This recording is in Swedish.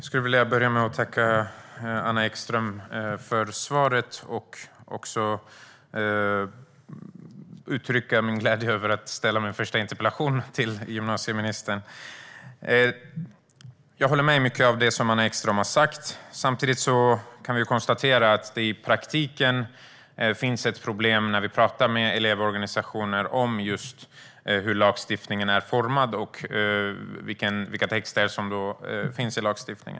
Herr talman! Jag börjar med att tacka Anna Ekström för svaret. Jag uttrycker också min glädje över att jag har ställt min första interpellation till gymnasieministern. Jag håller med om mycket av det Anna Ekström har sagt. Samtidigt kan vi konstatera att det i praktiken finns ett problem när vi pratar med elevorganisationer om just hur lagstiftningen är utformad och vilka texter som finns i lagstiftningen.